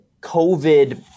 COVID